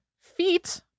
feet